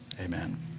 Amen